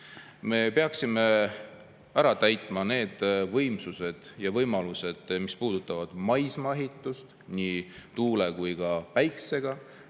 Me peaksime ära täitma need võimsused ja võimalused, mis puudutavad maismaaehitust, nii tuule kui ka päikesega.